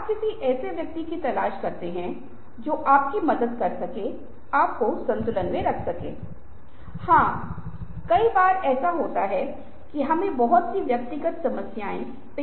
मैं इसे छोड़ दूंगा आप इसे स्लाइड्स में देख सकते हैं कि फ़ंक्शन बदल दिए गए हैं ठीक है पवित्र से यह सामान्य स्थान बन गया है पवित्र से यह सामान्य हो गया है ये परिवर्तन हुए हैं